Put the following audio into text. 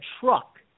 truck